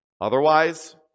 Otherwise